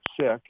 sick